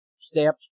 steps